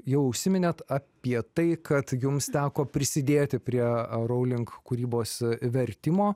jau užsiminėt apie tai kad jums teko prisidėti prie rowling kūrybos vertimo